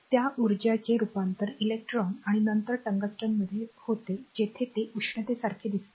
त्या उर्जाचे रूपांतर इलेक्ट्रॉन आणि नंतर टंगस्टनमध्ये होते जेथे ते उष्णतेसारखे दिसते